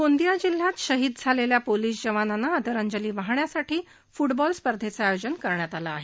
गोंदिया जिल्ह्यात शहीद झालेल्या पोलीस जवानांना आदरांजली वाहण्यासाठी फुटबॉल स्पर्धेचं आयोजन करण्यात आलं आहे